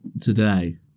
today